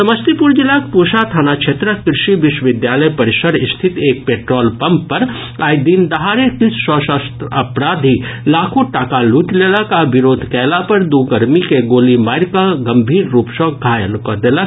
समस्तीपुर जिलाक पूसा थाना क्षेत्रक कृषि विश्वविद्यालय परिसर स्थित एक पेट्रोल पंप पर आइ दिन दहाड़े किछु सशस्त्र अपराधी लाखों टाका लूटि लेलक आ विरोध कयला पर दू कर्मी के गोली मारि कऽ गंभीर रूप सॅ घायल कऽ देलक